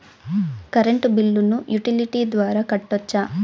Current బిల్లును utility ద్వారా కట్టొచ్చా?